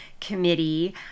committee